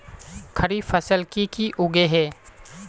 खरीफ फसल की की उगैहे?